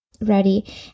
ready